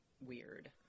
weird